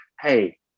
hey